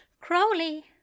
Crowley